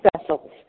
vessels